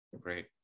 Great